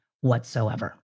whatsoever